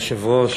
אדוני היושב-ראש,